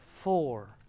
four